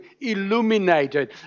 illuminated